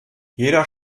jeder